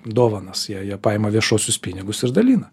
dovanas jie jie paima viešuosius pinigus ir dalina